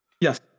Yes